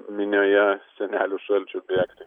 minioje senelių šalčių bėgti